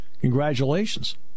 congratulations